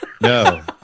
no